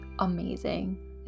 amazing